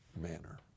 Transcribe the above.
manner